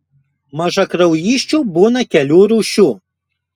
mažakraujysčių būna kelių rūšių